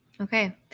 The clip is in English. Okay